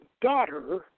daughter